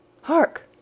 Hark!—